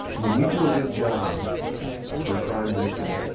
when you do a good job for a crime victim,